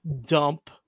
dump